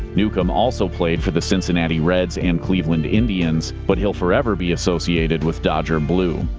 newcombe also played for the cincinnati reds and cleveland indians, but he'll forever be associated with dodger blue.